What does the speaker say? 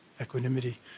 equanimity